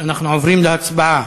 אנחנו עוברים להצבעה.